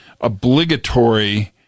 obligatory